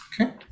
okay